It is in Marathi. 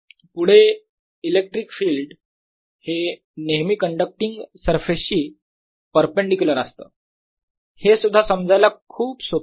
पुढे इलेक्ट्रिक फील्ड हे नेहमी कण्डक्टींग सरफेसशी परपेंडीक्युलर असतं हे सुद्धा समजायला खूप सोपे आहे